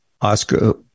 Oscar